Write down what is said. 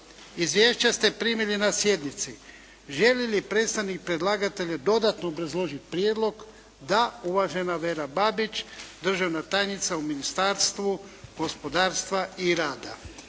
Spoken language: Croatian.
Izvješća ste primili na sjednici. Želi li predstavnik predlagatelja dodatno obrazložiti prijedlog? Da. Uvažena Vera Babić, državna tajnica u Ministarstvu gospodarstva i rada.